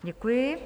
Děkuji.